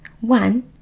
One